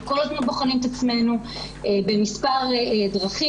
כל הזמן בוחנים את עצמנו במספר דרכים,